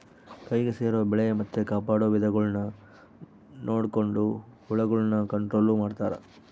ಕೈಗೆ ಸೇರೊ ಬೆಳೆ ಮತ್ತೆ ಕಾಪಾಡೊ ವಿಧಾನಗುಳ್ನ ನೊಡಕೊಂಡು ಹುಳಗುಳ್ನ ಕಂಟ್ರೊಲು ಮಾಡ್ತಾರಾ